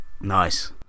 nice